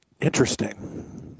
Interesting